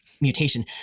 mutation